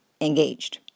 engaged